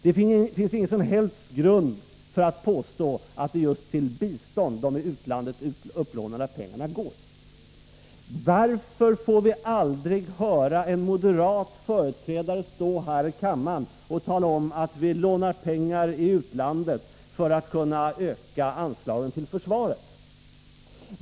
Det finns ingen som helst grund för att påstå att det är just till bistånd som de i utlandet upplånade pengarna går. Varför får vi aldrig höra en moderat företrädare stå här i kammaren och tala om att vi lånar pengar i utlandet för att kunna öka anslagen till försvaret?